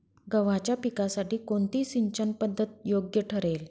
गव्हाच्या पिकासाठी कोणती सिंचन पद्धत योग्य ठरेल?